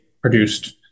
produced